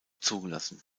zugelassen